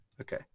Okay